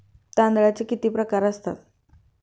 तांदळाचे किती प्रकार असतात?